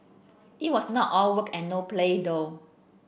it was not all work and no play though